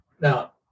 Now